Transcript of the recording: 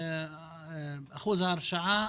אחוז ההרשעה